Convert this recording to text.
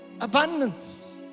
abundance